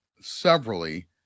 severally